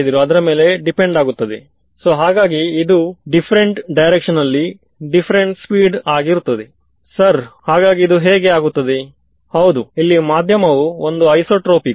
so ಮೊದಲ term ಆದುದರಿಂದ ನೆನಪಿಡಿ ಇದು ಮುಂದಕ್ಕೆ ಮತ್ತು ಇವೆಲ್ಲಾ 2 ಟರ್ಮ್ಸ್